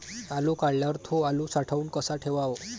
आलू काढल्यावर थो आलू साठवून कसा ठेवाव?